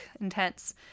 intense